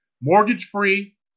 mortgage-free